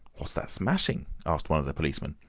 what's that smashing? asked one of the policemen.